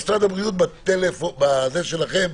משרד הבריאות בזה שלכם,